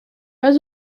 pas